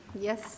Yes